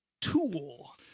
Tool